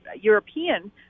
European